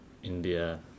India